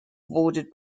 bordered